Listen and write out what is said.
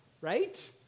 right